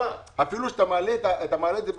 אפילו שאתה מעלה את זה במדד,